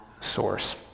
source